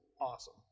awesome